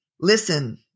listen